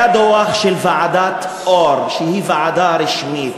היה דוח ועדת אור, שהיא ועדה רשמית.